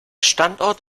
standort